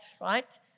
right